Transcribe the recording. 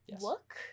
look